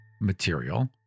material